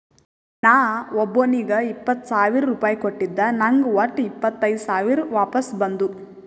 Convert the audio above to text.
ನಾ ಒಬ್ಬೋನಿಗ್ ಇಪ್ಪತ್ ಸಾವಿರ ರುಪಾಯಿ ಕೊಟ್ಟಿದ ನಂಗ್ ವಟ್ಟ ಇಪ್ಪತೈದ್ ಸಾವಿರ ವಾಪಸ್ ಬಂದು